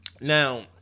Now